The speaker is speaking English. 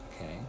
okay